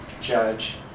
judge